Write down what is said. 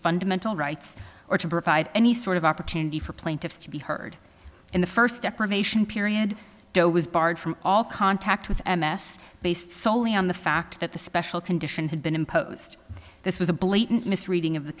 fundamental rights or to provide any sort of opportunity for plaintiffs to be heard in the first deprivation period doe was barred from all contact with m s based soley on the fact that the special condition had been imposed this was a blatant misreading of the